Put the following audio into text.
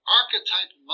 archetype